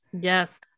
Yes